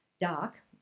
dark